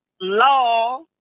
law